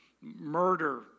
murder